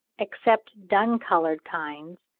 except dun-coloured kinds,